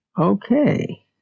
Okay